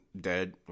dead